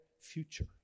future